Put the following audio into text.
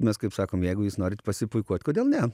mes kaip sakom jeigu jūs norit pasipuikuot kodėl ne